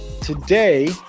Today